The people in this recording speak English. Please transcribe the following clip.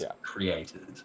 created